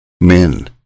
men